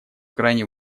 крайне